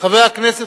חבר הכנסת,